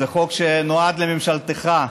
זה חוק שנועד לממשלתך.